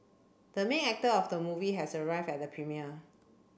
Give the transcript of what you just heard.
the main actor of the movie has arrived at the premiere